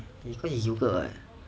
it's because yoghurt [what]